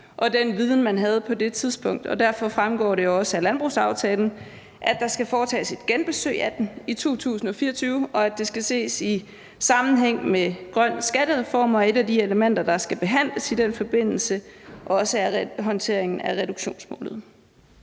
og den viden, man havde på det tidspunkt. Og derfor fremgår det også af landbrugsaftalen, at der skal foretages et genbesøg af den i 2024, og at det skal ses i sammenhæng med grøn skattereform, og at et af de elementer, der skal behandles i den forbindelse, også er håndteringen af reduktionsmålet.